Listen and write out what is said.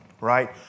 right